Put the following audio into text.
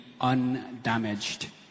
undamaged